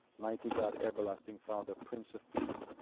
mighty god, everlasting father, prince of peace,